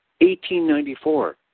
1894